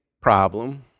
problem